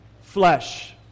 Flesh